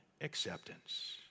acceptance